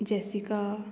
Jessica